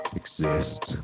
exist